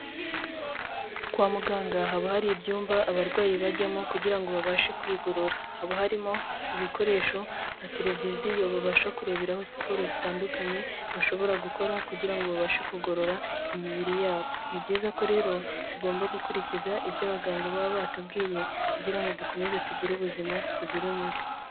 Kwa muganga haba hari ibyumba abarwayi bajyamo kugira ngo babashe kwigorora, haba harimo ibikoresho nka televiziyo babasha kureberaho siporo zitandukanye, bashobora gukora kugira ngo babashe kugorora imibiri yabo, ni byiza ko rero tugomba gukurikiza ibyo abaganga baba batubwiye kugira ngo dukomeze tugire ubuzima buzira umuze.